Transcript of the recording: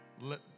Let